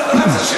זו אמונה,